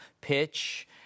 pitch